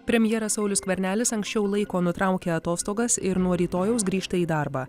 premjeras saulius skvernelis anksčiau laiko nutraukė atostogas ir nuo rytojaus grįžta į darbą